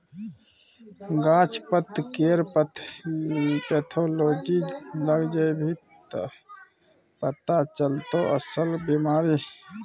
गाछ पातकेर पैथोलॉजी लग जेभी त पथा चलतौ अस्सल बिमारी